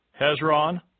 Hezron